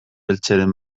eltzeren